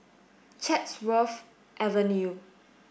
Chatsworth Avenue